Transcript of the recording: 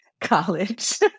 college